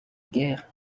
guerre